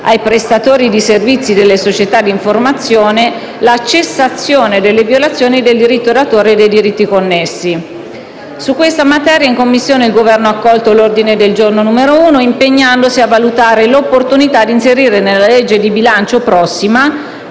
ai prestatori di servizi delle società dell'informazione, la cessazione delle violazioni del diritto d'autore e dei diritti connessi. Su questa materia, in Commissione il Governo ha accolto l'ordine del giorno n. 1, impegnandosi «a valutare l'opportunità di inserire nella legge di bilancio di prossima